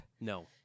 No